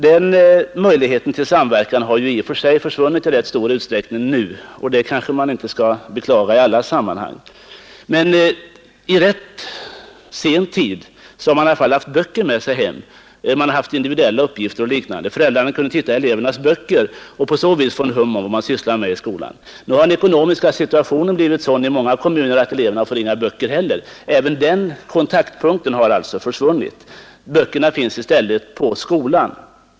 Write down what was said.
Den möjligheten till kontakt har ju i rätt stor utsträckning försvunnit, och det kanske man inte skall beklaga i alla sammanhang. Men även i rätt sen tid har barnen i alla fall haft böcker med sig hem, och de har haft individuella uppgifter och liknande. Föräldrarna kunde titta i barnens böcker och på så sätt få en uppfattning om vad barnen sysslade med i skolan. Nu har den ekonomiska situationen i många kommuner blivit sådan, att eleverna inte får några böcker att ta med sig hem, utan böckerna finns i stället på skolan. Även den kontaktmöjligheten har alltså försvunnit.